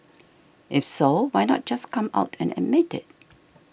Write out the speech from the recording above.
if so why not just come out and admit it